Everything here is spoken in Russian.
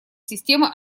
системы